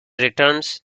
returns